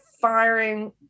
firing